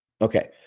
Okay